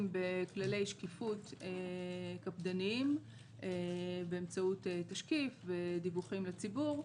בכללי שקיפות קפדניים באמצעות תשקיף ודיווחים לציבור.